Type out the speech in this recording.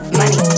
money